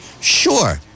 sure